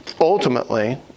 Ultimately